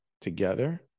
together